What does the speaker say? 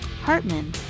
Hartman